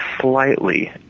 slightly